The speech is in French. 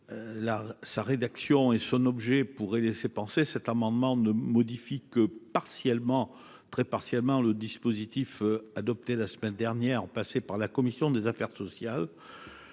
sa rédaction et son objet pourraient laisser penser, cet amendement ne modifie que très partiellement le dispositif adopté la semaine dernière par la commission des affaires sociales.